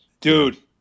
Dude